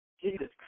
Jesus